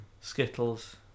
Skittles